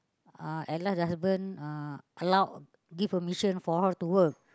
uh at last the husband uh allowed give permission for her to work